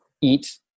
eat